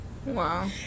Wow